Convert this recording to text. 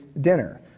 dinner